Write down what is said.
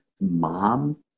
mom